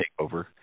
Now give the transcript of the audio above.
takeover